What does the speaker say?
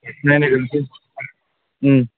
नायलायनोसै